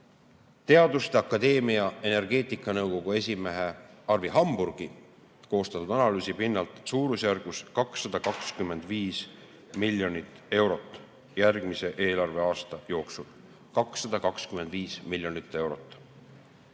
Teaduste Akadeemia energeetikanõukogu esimehe Arvi Hamburgi koostatud analüüsi järgi suurusjärgus 225 miljonit eurot järgmise eelarveaasta jooksul. 225 miljonit eurot.